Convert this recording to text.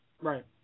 Right